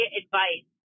advice